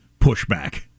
pushback